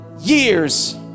years